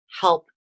help